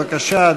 בבקשה,